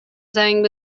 زنگ